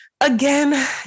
again